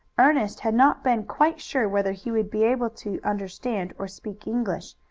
ernest had not been quite sure whether he would be able to understand or speak english,